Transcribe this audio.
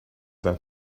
that